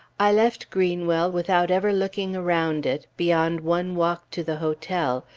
i left greenwell, without ever looking around it, beyond one walk to the hotel,